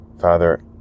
Father